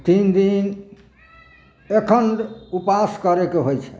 तीन दिन अखण्ड उपास करैके होइ छै